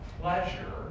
Pleasure